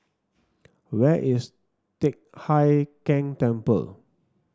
where is Teck Hai Keng Temple